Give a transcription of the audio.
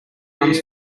runs